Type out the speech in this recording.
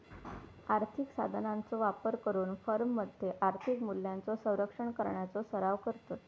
आर्थिक साधनांचो वापर करून फर्ममध्ये आर्थिक मूल्यांचो संरक्षण करण्याचो सराव करतत